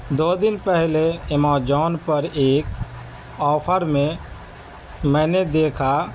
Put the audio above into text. دو دن پہلے امیزون پر ایک آفر میں میں نے دیکھا